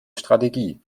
strategie